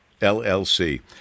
LLC